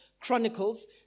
Chronicles